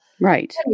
Right